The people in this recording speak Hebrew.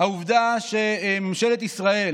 העובדה שממשלת ישראל